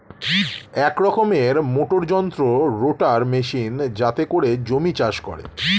এক রকমের মোটর যন্ত্র রোটার মেশিন যাতে করে জমি চাষ করে